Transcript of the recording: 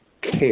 care